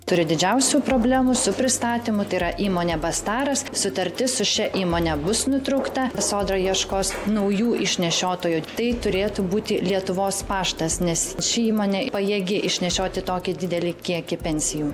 turiu didžiausių problemų su pristatymu tai yra įmonė bastaras sutartis su šia įmone bus nutraukta sodra ieškos naujų išnešiotojų tai turėtų būti lietuvos paštas nes ši įmonė pajėgi išnešioti tokį didelį kiekį pensijų